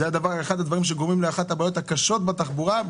זה אחד הדברים שגורמים לאחת הבעיות הקשות בתחבורה,